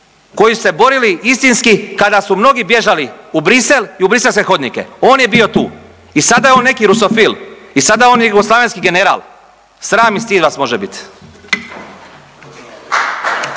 koji su se borili istinski kada su mnogi bježali u Bruxelles i u briselske hodnike, on je bio tu. I sada je o neki rusofil. I sada je on jugoslavenski general. Sram i stid vas može bit.